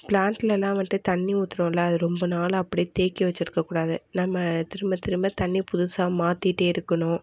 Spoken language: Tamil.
பிளான்ட்லலாம் வந்துட்டு தண்ணி ஊத்துகிறோம்ல அது ரொம்ப நாள் அப்படியே தேக்கி வச்சிருக்கக்கூடாது நம்ம திரும்பத் திரும்ப தண்ணி புதுசாக மாத்திகிட்டே இருக்கணும்